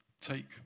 take